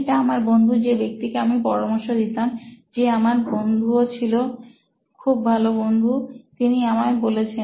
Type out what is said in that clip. এটা আমার বন্ধু যে ব্যক্তি কে আমি পরামর্শ দিতাম যে আমার বন্ধুও ছিল খুব ভালো বন্ধু তিনি আমায় বলেছেন